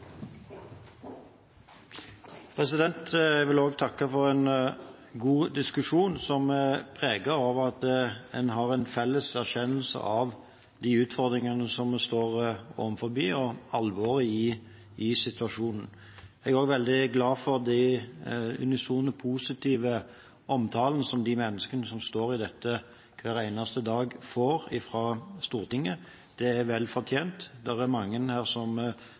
hvert. Jeg vil også takke for en god diskusjon, som er preget av at en har en felles erkjennelse av de utfordringene som vi står overfor, og alvoret i situasjonen. Jeg er også veldig glad for de unisont positive omtalene som de menneskene som står i dette hver eneste dag, får fra Stortinget. Det er vel fortjent, det er mange her som